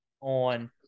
on